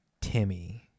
Timmy